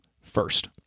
first